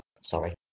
sorry